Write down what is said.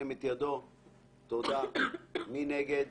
מי נגד?